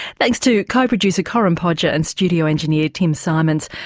thanks to co-producer corinne podger and studio engineer tim symonds,